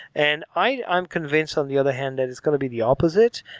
and i'm convinced on the other hand that is going to be the opposite,